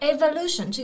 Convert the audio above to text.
Evolution